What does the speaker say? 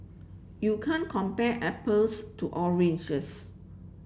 you can't compare apples to oranges